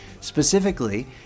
Specifically